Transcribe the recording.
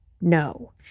no